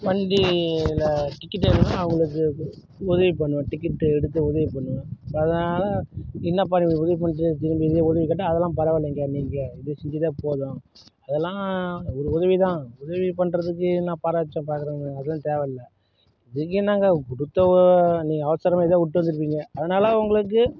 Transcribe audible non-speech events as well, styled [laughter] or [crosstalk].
வண்டியில் டிக்கெட் எடுக்கணும்னா அவங்களுக்கு உதவி பண்ணுவேன் டிக்கெட் எடுத்து உதவி பண்ணுவேன் அதனால் என்னப்பா நீ உதவி பண்ணுறியே திருப்பி [unintelligible] உதவி கேட்டால் அதெல்லாம் பரவாயில்லைங்க நீங்கள் இதை செஞ்சதே போதும் அதெல்லாம் ஒரு உதவிதான் உதவி பண்ணுறதுக்கு என்ன பாரபட்சம் பார்க்குறீங்க அதெல்லாம் தேவையில்லை இதுக்கு என்னாங்க கொடுத்த நீங்கள் அவசரமாக எதாவது விட்டு வந்துருப்பீங்க அதனால் உங்களுக்கு